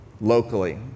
locally